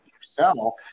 sell